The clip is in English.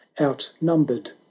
outnumbered